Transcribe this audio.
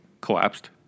collapsed